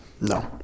No